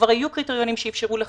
כבר היו קריטריונים שאפשרו לחתונות,